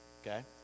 okay